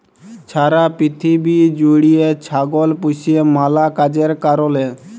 ছারা পিথিবী জ্যুইড়ে ছাগল পুষে ম্যালা কাজের কারলে